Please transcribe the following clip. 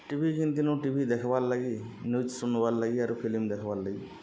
ଟି V ଘିନିଥିନୁ T V ଦେଖ୍ବାର୍ ଲାଗି ନ୍ୟୁଜ୍ ଶୁନ୍ବାର୍ ଲାଗି ଆରୁ ଫିଲ୍ମ୍ ଦେଖ୍ବାର୍ ଲାଗି